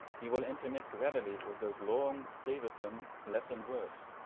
he will intermix readily with those long, savoursome, latin words,